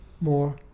more